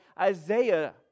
Isaiah